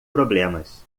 problemas